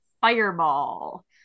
Fireball